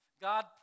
God